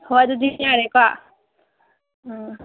ꯍꯣꯏ ꯑꯗꯨꯗꯤ ꯌꯥꯔꯦꯀꯣ ꯑꯥ